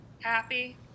Happy